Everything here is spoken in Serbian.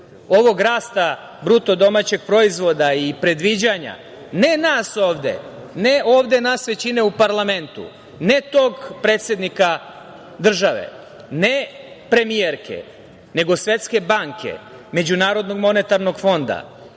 ovog rasta bruto domaćeg proizvoda i predviđanja ne nas ovde, ne ovde nas većine u parlamentu, ne tog predsednika države, ne premijerke, nego svetske banke, MMF, da će Srbija